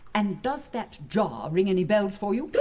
and does that jar ring any bells for you?